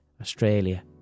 Australia